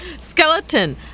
Skeleton